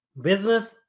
business